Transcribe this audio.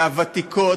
מהוותיקות,